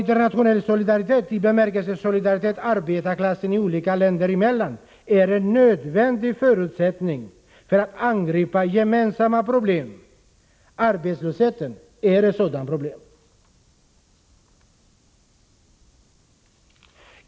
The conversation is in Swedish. Internationell solidaritet i bemärkelsen solidaritet arbetarklassen i olika länder emellan är en nödvändig förutsättning för att vi skall kunna angripa gemensamma problem. Arbetslösheten är ett sådant problem.